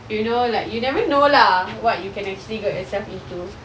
you know like you never know lah what you can actually get yourself into